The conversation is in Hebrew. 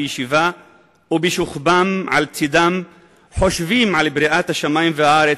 בישיבה או בשוכבם על צדם חושבים על בריאת השמים והארץ,